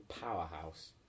powerhouse